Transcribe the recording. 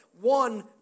one